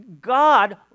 God